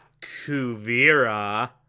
Kuvira